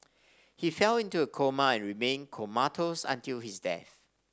he fell into a coma and remained comatose until his death